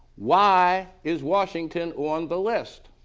why is washington on the list?